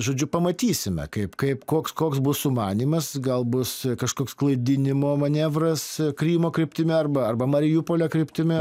žodžiu pamatysime kaip kaip koks koks bus sumanymas gal bus kažkoks klaidinimo manevras krymo kryptimi arba arba mariupolio kryptimi